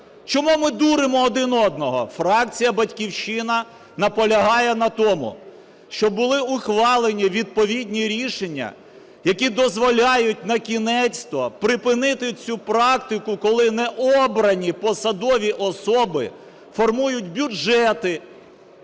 Чому ми дуримо один одного? Фракція "Батьківщина" наполягає на тому, щоб були ухвалені відповідні рішення, які дозволяють накінець-то припинити цю практику, коли необрані посадові особи формують бюджети,